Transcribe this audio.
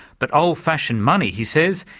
but old-fashioned money, he says,